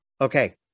Okay